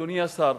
אדוני השר,